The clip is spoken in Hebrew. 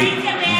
בקריאה ראשונה.